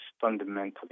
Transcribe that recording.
fundamentally